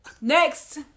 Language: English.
Next